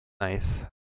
Nice